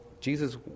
Jesus